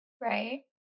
right